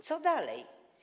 Co dalej?